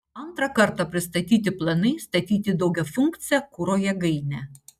antrą kartą pristatyti planai statyti daugiafunkcę kuro jėgainę